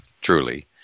truly